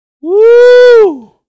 Woo